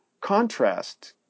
Contrast